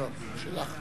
לא, לא, היא שלך.